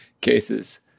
cases